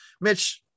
Mitch